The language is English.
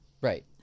Right